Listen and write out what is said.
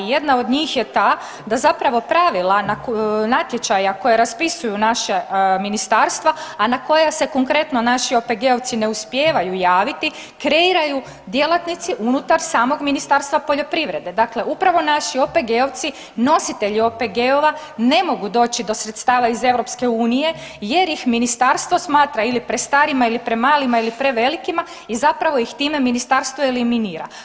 Jedna od njih je ta da zapravo pravila natječaja koja raspisuju naša ministarstva, a na koja se konkretno naši OPG-ovci ne uspijevaju javiti kreiraju djelatnici unutar samog Ministarstva poljoprivrede, dakle upravo naši OPG-ovci, nositelji OPG-ova ne mogu doći do sredstva iz EU jer ih ministarstvo smatra ili prestarima ili premalima ili prevelikima i zapravo ih time ministarstvo eliminira.